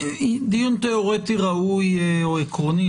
דיון תיאורטי ראוי או עקרוני,